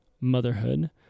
motherhood